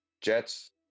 Jets